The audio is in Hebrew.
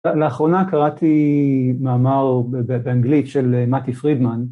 לאחרונה קראתי מאמר באנגלית של מתי פרידמן